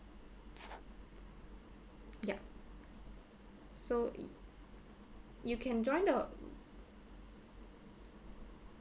yup so you can join the